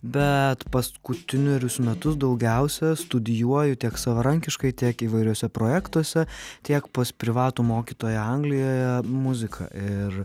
bet paskutinerius metus daugiausia studijuoju tiek savarankiškai tiek įvairiuose projektuose tiek pas privatų mokytoją anglijoje muziką ir